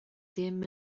ddim